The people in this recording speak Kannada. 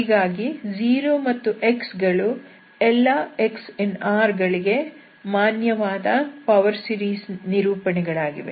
ಹೀಗಾಗಿ 0 ಮತ್ತು x ಗಳು ಎಲ್ಲಾ x∈R ಗಳಿಗೆ ಮಾನ್ಯವಾದ ಪವರ್ ಸೀರೀಸ್ ನಿರೂಪಣೆಗಳಾಗಿವೆ